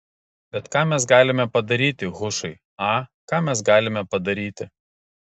bet ką mes galime padaryti hušai a ką mes galime padaryti